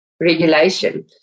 regulation